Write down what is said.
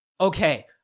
Okay